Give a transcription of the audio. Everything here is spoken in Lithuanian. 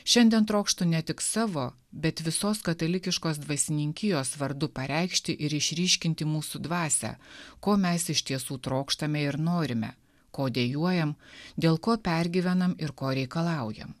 šiandien trokštu ne tik savo bet visos katalikiškos dvasininkijos vardu pareikšti ir išryškinti mūsų dvasią ko mes iš tiesų trokštame ir norime ko dejuojam dėl ko pergyvenam ir ko reikalaujam